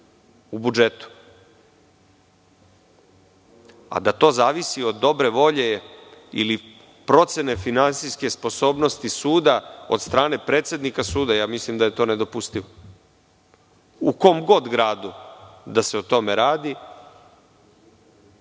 u budžetu. A da to zavisi od dobre volje ili procene finansijske sposobnosti suda od strane predsednika suda, mislim da je to nedopustivo. U kom god gradu da se o tome radi,